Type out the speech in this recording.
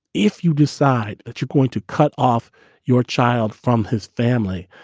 if you decide that you're going to cut off your child from his family,